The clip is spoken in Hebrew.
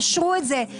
קחו אתם